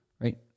Right